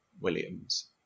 Williams